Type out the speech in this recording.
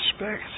respect